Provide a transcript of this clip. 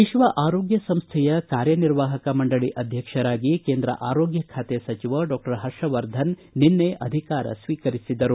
ವಿತ್ವ ಆರೋಗ್ಯ ಸಂಸ್ವೆಯ ಕಾರ್ಯನಿರ್ವಾಹಕ ಮಂಡಳಿ ಅಧ್ಯಕ್ಷರಾಗಿ ಕೇಂದ್ರ ಆರೋಗ್ಯ ಖಾತೆ ಸಚಿವ ಡಾಕ್ಷರ್ ಪರ್ಷವರ್ಧನ್ ನಿನ್ನೆ ಅಧಿಕಾರ ಸ್ವೀಕರಿಸಿದರು